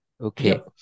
Okay